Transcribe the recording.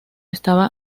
estaba